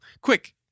Quick